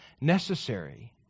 necessary